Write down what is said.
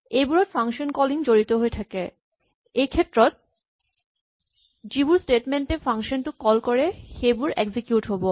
এইবোৰত function calling জড়িত হৈ থাকিব পাৰে এই ক্ষেত্ৰত যিবোৰ স্টেটমেন্ট এ ফাংচন টো কল কৰে সেইবোৰ এক্সিকিউট হ'ব